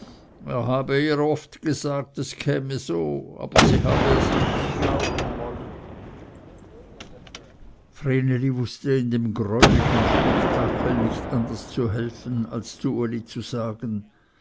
er habe ihr oft gesagt es käme so aber sie habe es ihm nie glauben wollen vreneli wußte in dem greulichen spektakel nicht anders zu helfen als zu uli zu sagen